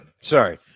Sorry